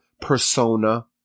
persona